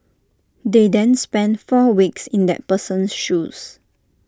they then spend four weeks in that person's shoes